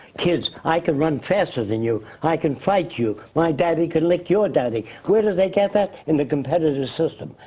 kids i can run faster than you, i can fight you, my daddy, he can lick your daddy. where did they get that? in the competitive system.